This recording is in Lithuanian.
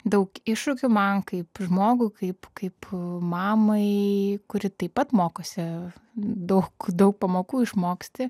daug iššūkių man kaip žmogui kaip kaip mamai kuri taip pat mokosi daug daug pamokų išmoksti